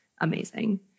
amazing